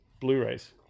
Blu-rays